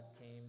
came